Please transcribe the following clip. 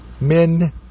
Men